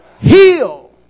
Heal